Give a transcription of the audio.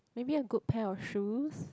maybe a good pair of shoes